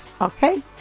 Okay